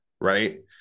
right